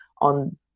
on